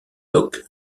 locke